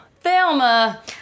Thelma